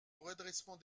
redressement